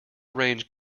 range